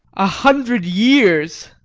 a hundred years!